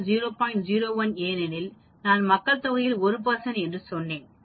01 ஏனெனில் நான் மக்கள் தொகையில் 1 என்று சொன்னேன்